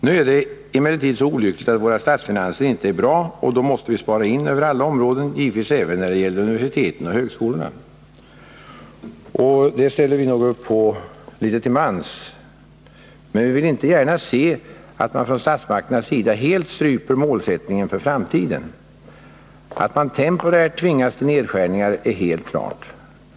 Nu är det emellertid så olyckligt att våra statsfinanser inte är bra, och då måste vi spara in på alla områden — givetvis även när det gäller universiteten och högskolorna. Det ställer vi nog upp bakom litet till mans, men vi vill inte gärna se att man från statsmakternas sida helt stryper målsättningen för framtiden. Att man temporärt tvingas till nedskärningar är helt klart.